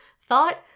thought